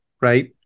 right